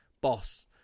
boss